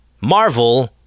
Marvel